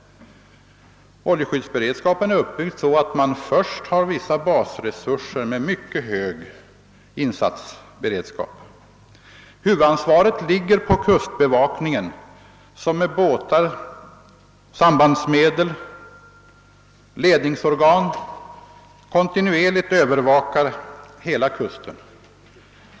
Oljeskyddsberedskapen är uppbyggd så att man först har vissa basresurser med mycket hög insatsberedskap. Huvudansvaret ligger på kustbevakningen, som med båtar, sambandsmedel och ledningsorgan kontinuerligt övervakar hela kusten.